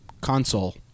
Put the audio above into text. console